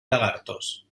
lagartos